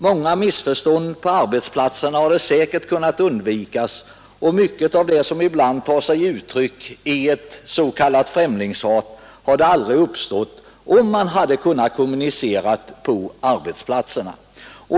Många missförstånd på arbetsplatserna hade säkert kunnat undvikas och mycket av det som ibland tar sig uttryck is.k. främlingshat hade aldrig uppstått om man hade kunnat kommunicera på arbetsplatserna.